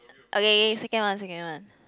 okay second one second one